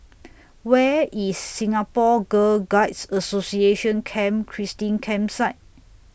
Where IS Singapore Girl Guides Association Camp Christine Campsite